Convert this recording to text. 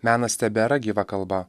menas tebėra gyva kalba